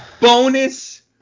Bonus